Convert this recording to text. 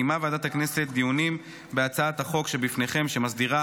קיימה ועדת הכנסת דיונים בהצעת החוק שלפניכם שמסדירה